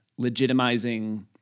legitimizing